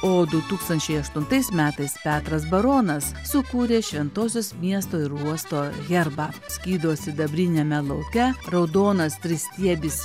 o du tūkstančiai aštuntais metais petras baronas sukūrė šventosios miesto ir uosto herbą skydo sidabriniame lauke raudonas tristiebis